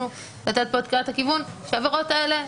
לתת כאן את קריאת הכיוון שהעבירות האלה,